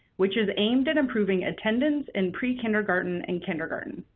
which is aimed at improving attendance in prekindergarten and kindergarten.